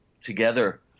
together